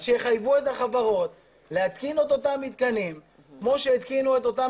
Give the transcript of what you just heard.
אז שיחייבו את החברות להתקין את אותם מתקנים כמו שהתקינו את אותם